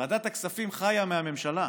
ועדת הכספים חיה מהממשלה,